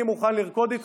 אתה